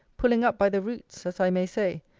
pulling up by the roots, as i may say,